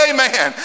Amen